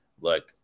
Look